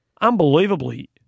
Unbelievably